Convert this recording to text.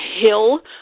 hill